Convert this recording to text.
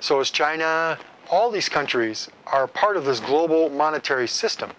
so is china all these countries are part of this global monetary system